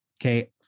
Okay